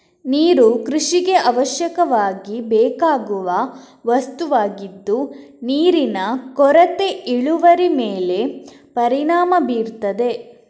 ನೀರು ಕೃಷಿಗೆ ಅವಶ್ಯಕವಾಗಿ ಬೇಕಾಗುವ ವಸ್ತುವಾಗಿದ್ದು ನೀರಿನ ಕೊರತೆ ಇಳುವರಿ ಮೇಲೆ ಪರಿಣಾಮ ಬೀರ್ತದೆ